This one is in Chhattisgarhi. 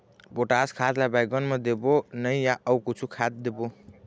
पोटास खाद ला बैंगन मे देबो नई या अऊ कुछू खाद देबो?